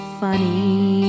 funny